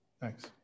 thanks